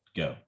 go